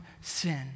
sin